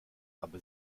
aber